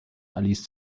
alice